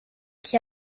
qui